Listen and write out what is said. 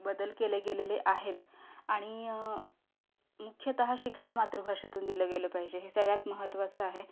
बदल केले गेलेले आहेत आणि मुख्यतः शिक्षण मातृभाषेतून दिलं गेलं पाहिजे हे सगळ्यात महत्त्वाचं आहे